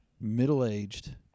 middle-aged